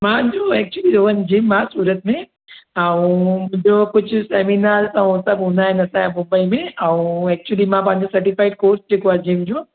मुंहिंजो actually Rohan gym आहे सूरत में ऐं ॿियों कुझु सेमिनार ऐं त हू सभ हूंदा आहिनि असांजा मुंबई में ऐं एक्चुली मां पंहिंजो सर्टीफ़ाइड कोर्स जेको आहे जंहिं जो